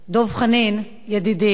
דב חנין ידידי,